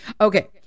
Okay